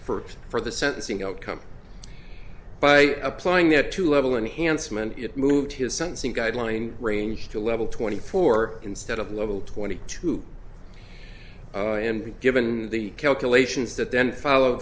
first for the sentencing outcome by applying that to level and handsome and it moved his sentencing guideline range to level twenty four instead of level twenty two and given the calculations that then follow